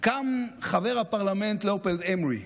קם חבר הפרלמנט, ליאופולד איימרי,